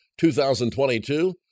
2022